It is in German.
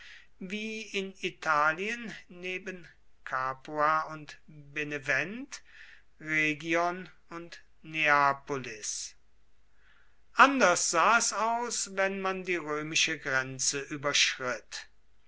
wie in italien neben capua und benevent rhegion und neapolis anders sah es aus wenn man die römische grenze überschritt